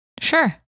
Sure